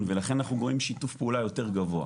ולכן אנחנו רואים שיתוף פעולה יותר גבוה.